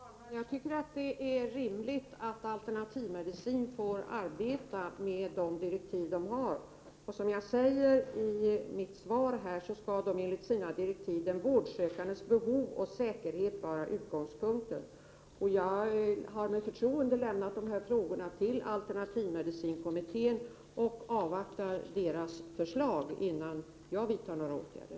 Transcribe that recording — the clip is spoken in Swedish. Herr talman! Jag tycker det är rimligt att alternativmedicinkommittén får arbeta med de direktiv som de har. Som jag säger i mitt svar skall enligt direktiven den vårdsökandes behov och säkerhet vara utgångspunkten. Jag har med förtroende lämnat de här frågorna till alternativmedicinkommittén och avvaktar deras förslag innan jag vidtar några åtgärder.